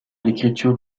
l’écriture